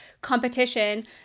competition